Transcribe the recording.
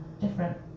different